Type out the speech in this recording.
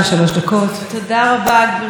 חבריי חברות וחברי הכנסת,